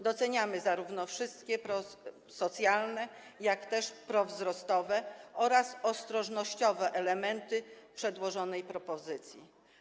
Doceniamy zarówno wszystkie prosocjalne, jak też prowzrostowe oraz ostrożnościowe elementy przedłożonej propozycji.